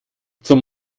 zum